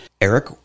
Eric